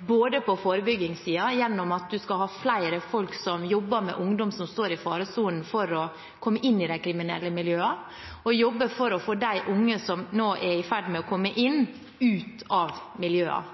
både på forebyggingssiden, gjennom å ha flere folk som jobber med ungdom som står i faresonen for å komme inn i de kriminelle miljøene, og å jobbe for å få de unge som nå er i ferd med å komme inn, ut av de miljøene.